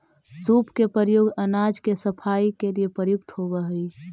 सूप के प्रयोग अनाज के सफाई के लिए प्रयुक्त होवऽ हई